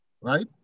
right